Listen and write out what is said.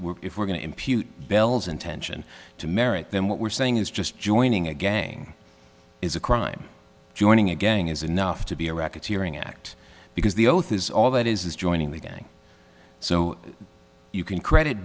work if we're going to impute bell's intention to marit then what we're saying is just joining a gang is a crime joining a gang is enough to be a racketeering act because the oath is all that is is joining the gang so you can credit